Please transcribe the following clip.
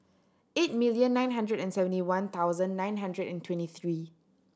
eight million nine hundred and seventy one thousand nine hundred and twenty three